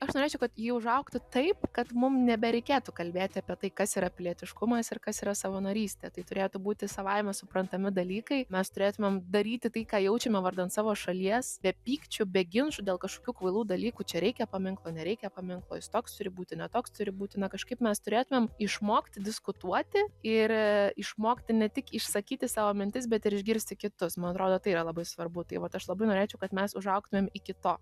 aš norėčiau kad ji užaugtų taip kad mum nebereikėtų kalbėti apie tai kas yra pilietiškumas ir kas yra savanorystė tai turėtų būti savaime suprantami dalykai mes turėtumėm daryti tai ką jaučiame vardan savo šalies be pykčių be ginčų dėl kažkokių kvailų dalykų čia reikia paminklo nereikia paminklo jis toks turi būti ne toks turi būti na kažkaip mes turėtumėm išmokti diskutuoti ir išmokti ne tik išsakyti savo mintis bet ir išgirsti kitus man atrodo tai yra labai svarbu tai vat aš labai norėčiau kad mes užaugtumėm iki to